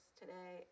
today